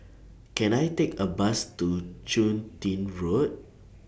Can I Take A Bus to Chun Tin Road